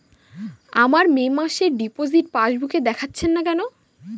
আমার মে মাসের ডিপোজিট পাসবুকে দেখাচ্ছে না কেন?